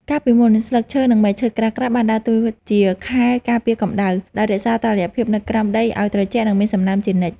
កាលពីមុន ស្លឹកឈើ និងមែកឈើក្រាស់ៗបានដើរតួជាខែលការពារកម្ដៅ ដោយរក្សាសីតុណ្ហភាពនៅក្រោមដីឱ្យត្រជាក់ និងមានសំណើមជានិច្ច។